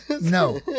No